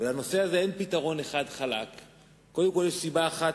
תלכו לשגרירות,